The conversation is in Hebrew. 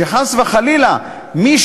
שחס וחלילה מי